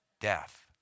Death